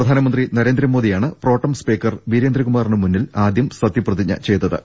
പ്രധാനമന്ത്രി നരേന്ദ്രമോദിയാണ് pro tem speaker വിരേ ന്ദ്രകുമാറിനു മുന്നിൽ ആദ്യം സത്യപ്രതിജ്ഞ ചെയ്തത്